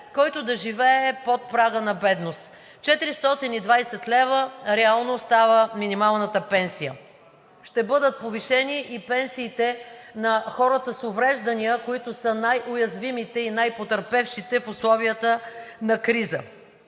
който да живее под прага на бедност – 420 лв. реално става минималната пенсия. Ще бъдат повишени и пенсиите на хората с увреждания, които са най-уязвимите и най-потърпевшите в условията на криза.